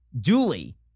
duly